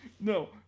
No